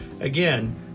Again